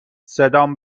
صدام